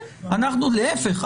להיפך,